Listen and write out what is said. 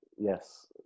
Yes